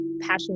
passion